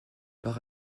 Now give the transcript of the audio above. par